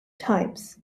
types